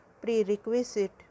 prerequisite